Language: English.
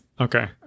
Okay